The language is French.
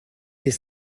fait